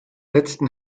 letzten